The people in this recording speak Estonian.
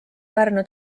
pärnu